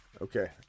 Okay